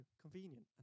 convenient